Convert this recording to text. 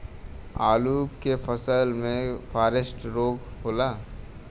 आलू के फसल मे फारेस्ट रोग होला?